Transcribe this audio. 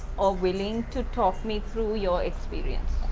or willing to talk me through your experience.